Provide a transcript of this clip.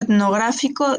etnográfico